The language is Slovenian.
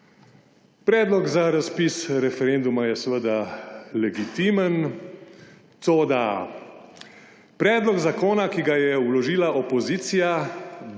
Predlog za razpis referenduma je seveda legitimen, toda predlog zakona, ki ga je vložila opozicija,